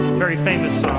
very famous